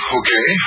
okay